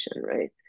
right